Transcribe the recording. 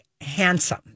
handsome